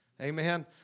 Amen